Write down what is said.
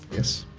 yes.